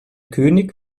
könig